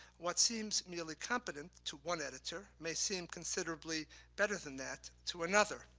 what seems merely competent to one editor may seem considerably better than that to another.